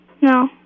No